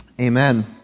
Amen